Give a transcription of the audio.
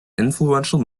influential